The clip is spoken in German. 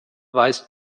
weißt